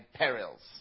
perils